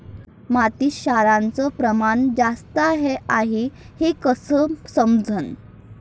मातीत क्षाराचं प्रमान जास्त हाये हे कस समजन?